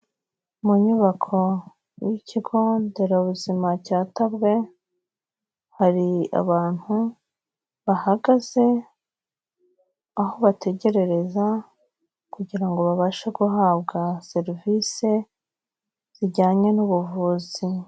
Mu nyubako y'ikigo nderabuzima cya Tabwe, hari abantu bahagaze aho bategerereza kugira ngo babashe guhabwa serivisi zijyanye n'ubuvuzi.